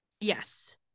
yes